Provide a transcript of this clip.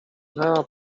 mea